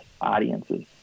audiences